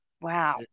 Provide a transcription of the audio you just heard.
Wow